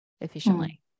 efficiently